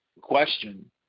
question